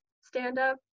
stand-up